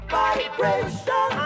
vibration